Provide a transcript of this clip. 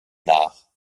nach